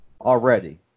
Already